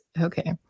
Okay